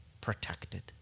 Protected